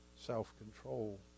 self-control